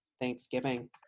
Thanksgiving